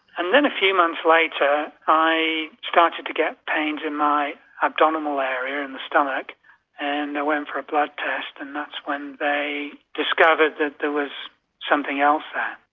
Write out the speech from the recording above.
and then a few months later i started to get pains in my abdominal area in the stomach and went for a blood test and that's when they discovered that there was something else there.